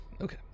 Okay